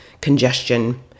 congestion